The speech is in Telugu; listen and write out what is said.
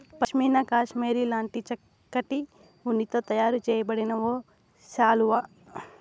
పష్మీనా కష్మెరె లాంటి చక్కటి ఉన్నితో తయారు చేయబడిన ఒక శాలువా